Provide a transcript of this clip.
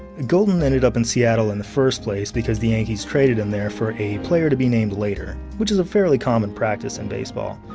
gulden ended up in seattle in the first place because the yankees traded him there for a player to be named later, which is a fairly common practice in baseball.